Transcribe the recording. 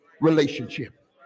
relationship